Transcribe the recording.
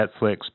Netflix